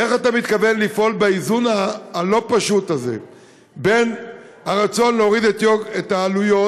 איך אתה מתכוון לפעול באיזון הלא-פשוט הזה בין הרצון להוריד את העלויות,